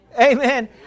Amen